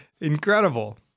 incredible